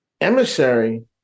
Emissary